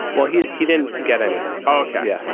well he. he didn't get anything ok yeah.